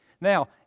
Now